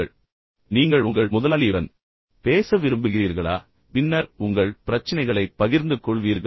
எனவே நீங்கள் உங்கள் முதலாளியுடன் பேச விரும்புகிறீர்களா பின்னர் உங்கள் பிரச்சினைகளைப் பகிர்ந்து கொள்வீர்களா